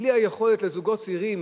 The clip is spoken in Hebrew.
בלי היכולת לזוגות צעירים